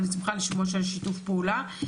אבל אני שמחה לשמוע שיש שיתוף פעולה.